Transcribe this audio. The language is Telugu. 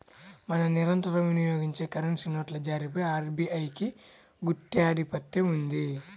మనం నిరంతరం వినియోగించే కరెన్సీ నోట్ల జారీపై ఆర్బీఐకి గుత్తాధిపత్యం ఉంది